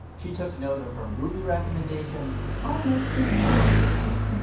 she took note of her movie recommendations, all lesbian movies. just, you know,